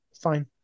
Fine